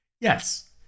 Yes